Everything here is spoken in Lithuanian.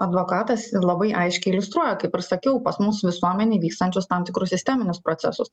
advokatas ir labai aiškiai iliustruoja kaip ir sakiau pas mus visuomenėj vykstančius tam tikrus sisteminius procesus